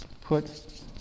put